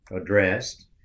addressed